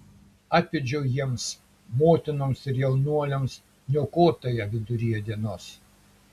atvedžiau jiems motinoms ir jaunuoliams niokotoją viduryje dienos